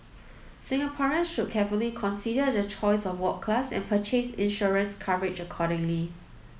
Singaporeans should carefully consider their choice of ward class and purchase insurance coverage accordingly